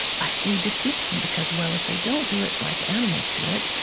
but we dismiss them because, well, if they don't do it like animals do it,